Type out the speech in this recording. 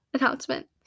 announcement